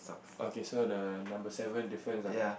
okay so the number seven difference ah